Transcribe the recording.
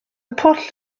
pwll